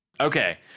Okay